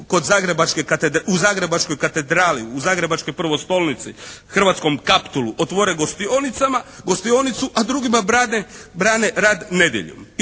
u Zagrebačkoj katedrali, u Zagrebačkoj prvostolnici, hrvatskom Kaptolu otvore gostionicama, gostionicu a drugima brane rad nedljeljom.